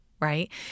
right